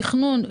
תכנון,